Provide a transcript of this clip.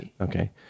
Okay